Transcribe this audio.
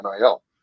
NIL